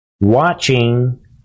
watching